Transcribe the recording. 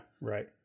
right